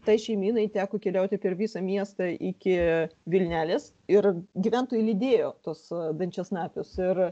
tai šeimynai teko keliauti per visą miestą iki vilnelės ir gyventojai lydėjo tuos dančiasnapius ir